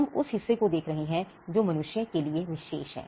हम उस हिस्से को देख रहे हैं जो मनुष्य के लिए विशेष है